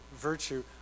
virtue